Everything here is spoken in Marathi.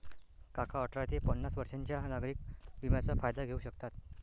काका अठरा ते पन्नास वर्षांच्या नागरिक विम्याचा फायदा घेऊ शकतात